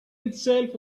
itself